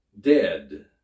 dead